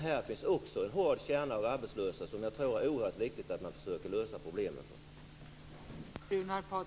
Här finns också en hård kärna av arbetslösa som det är oerhört viktigt att man försöker att lösa problemen för.